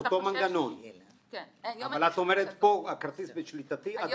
את אומרת, פה הכרטיס בשליטתי עד 14 יום.